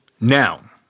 Now